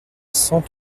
cent